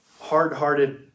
hard-hearted